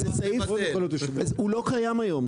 זה סעיף הוא לא קיים היום,